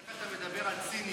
איך אתה מדבר על ציניות?